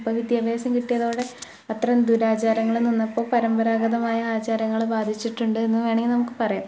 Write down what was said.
ഇപ്പോൾ വിദ്യാഭ്യാസം കിട്ടിയതോടെ അത്തരം ദുരാചാരങ്ങളില് നിന്ന് ഇപ്പം പരമ്പരാഗതമായ ആചാരങ്ങളെ ബാധിച്ചിട്ടുണ്ട് എന്ന് വേണെ നമുക്ക് പറയാം